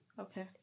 Okay